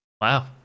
Wow